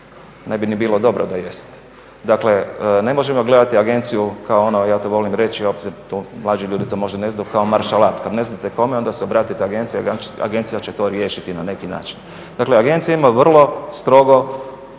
Ne bi ni bilo dobro da jest. Dakle, ne možemo gledati agenciju kao ono ja to volim reći, mlađi ljudi to možda ne znaju, kao maršalat. Kad ne znate kome onda se obratite agenciji, agencija će to riješiti na neki način. Dakle, agencija ima vrlo strogo